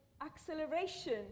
acceleration